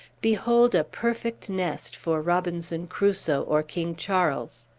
behold a perfect nest for robinson crusoe or king charles!